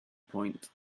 point